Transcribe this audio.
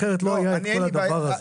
אחרת לא היה את כל הדבר הזה.